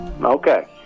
Okay